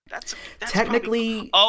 Technically